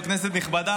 כנסת נכבדה,